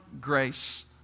grace